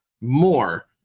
more